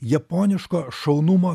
japoniško šaunumo